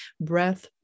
breath